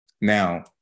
Now